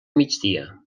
migdia